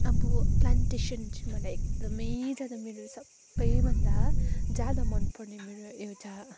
अब प्लान्टेसन चाहिँ मलाई एकदमै ज्यादा मेरो सबैभन्दा ज्यादा मनपर्ने मेरो एउटा